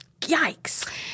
Yikes